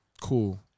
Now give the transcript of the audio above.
cool